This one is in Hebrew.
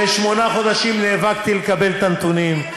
ושמונה חודשים נאבקתי לקבל את הנתונים,